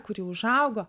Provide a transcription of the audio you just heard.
kuri užaugo